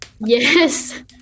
Yes